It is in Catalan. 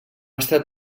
estat